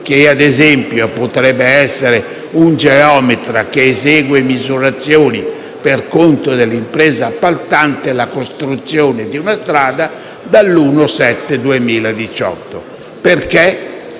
che, ad esempio, potrebbe essere un geometra che esegue misurazioni per conto dell'impresa appaltante la costruzione di una strada - dal 1° luglio 2018. Perché?